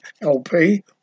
LP